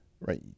right